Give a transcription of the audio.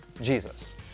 Jesus